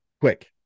quick